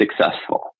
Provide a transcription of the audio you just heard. successful